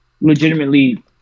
legitimately